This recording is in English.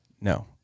No